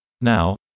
Now